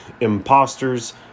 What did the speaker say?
imposters